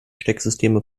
stecksysteme